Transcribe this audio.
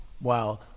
wow